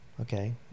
okay